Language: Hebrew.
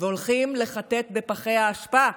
והולכים לחטט בפחי האשפה.